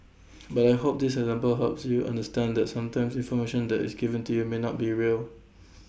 but I hope this example helps you understand that sometimes information that is given to you may not be real